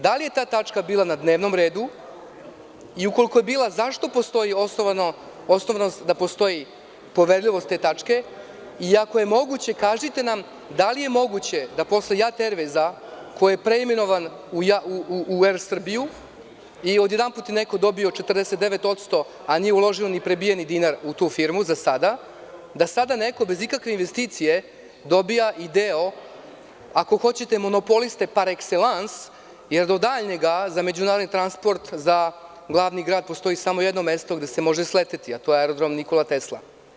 Da li je ta tačka bila na dnevnom redu i, ukoliko je bila, zašto postoji osnovanost da postoji poverljivost te tačke i, ako je moguće, kažite nam da li je moguće da posle „JAT Ervejz“, koji je preimenovan u „Er Srbija“, je odjedanput neko dobio 49%, a nije uložio ni prebijeni dinar u tu firmu, za sada, da sada neko bez ikakve investicije dobija i deo, ako hoćete monopoliste, par ekselans je do daljnjega za međunarodni transport, za glavni grad, postoji samo jedno mesto gde se može sleteti, a to je aerodrom „Nikola Tesla“